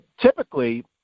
typically